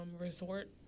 resort